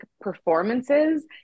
performances